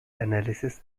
analysis